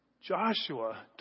Joshua